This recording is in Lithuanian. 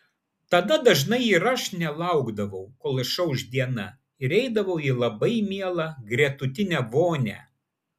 tada dažnai ir aš nelaukdavau kol išauš diena ir eidavau į labai mielą gretutinę vonią